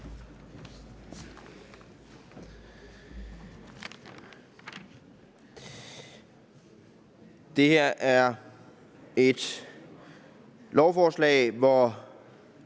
Det her er et lovforslag, hvor